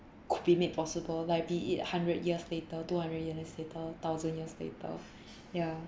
could be made possible like be it hundred years later two hundred years later thousand years later ya